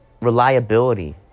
reliability